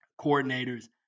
coordinators